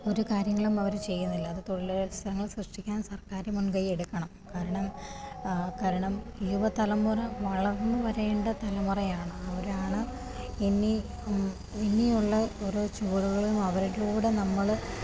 ഒരു കാര്യങ്ങളും അവർ ചെയ്യുന്നില്ല അത് തൊഴിലവസരങ്ങൾ സൃഷ്ട്ടിക്കാൻ സർക്കാർ മുൻകൈയ്യെടുക്കണം കാരണം കാരണം യുവതലമുറ വളർന്ന് വരേണ്ട തലമുറയാണ് അവരാണ് ഇനി ഇനിയുള്ള ഓരോ ചുവടുകളും അവരിലൂടെ നമ്മൾ